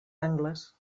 angles